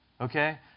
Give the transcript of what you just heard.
okay